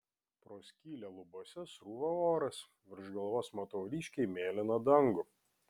pro skylę lubose srūva oras virš galvos matau ryškiai mėlyną dangų